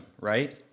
right